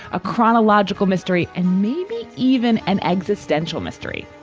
a chronological mystery, and maybe even an existential mystery.